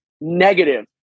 negative